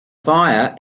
fire